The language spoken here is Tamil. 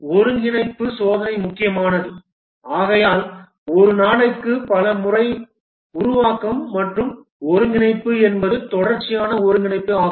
ஒருங்கிணைப்பு சோதனை முக்கியமானது ஆகையால் ஒரு நாளைக்கு பல முறை உருவாக்கம் மற்றும் ஒருங்கிணைப்பு என்பது தொடர்ச்சியான ஒருங்கிணைப்பு ஆகும்